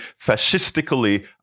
fascistically